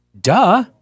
duh